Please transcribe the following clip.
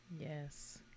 Yes